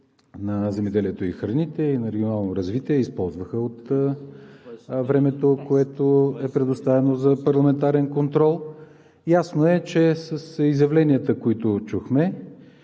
на земеделието и храните и на регионалното развитие използваха от времето, което е предоставено за парламентарен контрол. Ясно е, че с изявленията, които чухме,